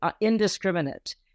indiscriminate